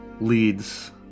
leads